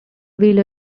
wheeler